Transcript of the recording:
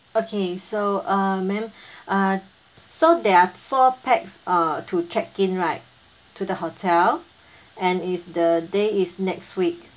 okay so uh ma'am uh so there are four pax uh to check-in right to the hotel and is the day is next week